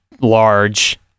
large